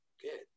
good